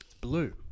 blue